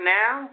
now